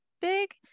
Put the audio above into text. big